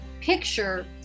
picture